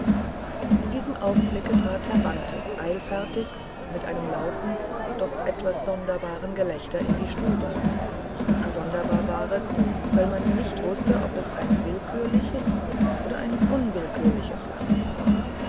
in diesem augenblicke trat herr bantes eilfertig mit einem lauten doch etwas sonderbaren gelächter in die stube sonderbar war es weil man nicht wußte ob es ein willkürliches oder ein unwillkürliches lachen war